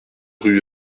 rue